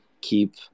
keep